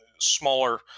smaller